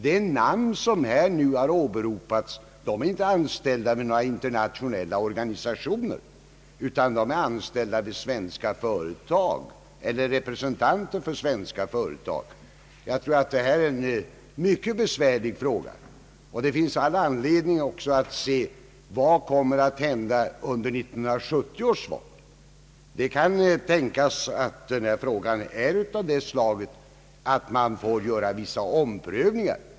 De personer som nämnts här i debatten är inte anställda vid några internationella organisationer utan är anställda vid svenska företag eller är representanter för svenska företag. Detta är en mycket besvärlig fråga, och det finns all anledning att se vad som kommer att hända vid 1970 års val. Det kan tänkas att man får göra vissa omprövningar.